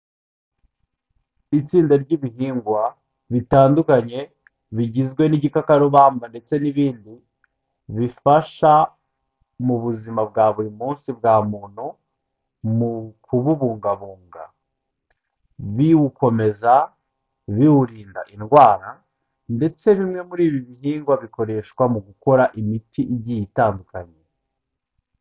Itsinda ry'ibihingwa bitandukanye bigizwe n'igikarubamba ndetse n'ibindi bifasha mu buzima bwa buri munsi bwa muntu mu kububungabunga, biwukomeza, biwurinda indwara ndetse bimwe muri ibi bihingwa bikoreshwa mu gukora imiti igiye itandukanye.